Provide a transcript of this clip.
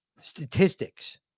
statistics